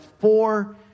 four